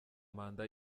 manda